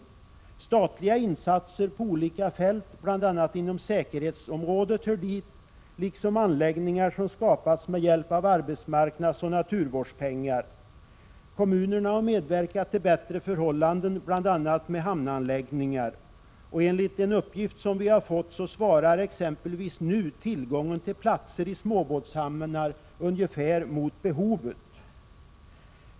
Dit hör statliga insatser på olika fält, bl.a. inom säkerhetsområdet, liksom anläggningar som skapats med hjälp av arbetsmarknadsoch naturvårdspengar. Kommunerna har medverkat till bättre förhållanden bl.a. med hamnanläggningar. Enligt en uppgift vi har fått svarar exempelvis nu tillgången till platser i småbåtshamnar ungefär mot behovet.